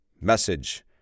message